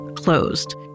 closed